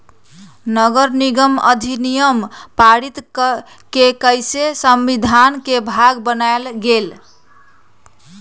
नगरनिगम अधिनियम पारित कऽ के संविधान के भाग बनायल गेल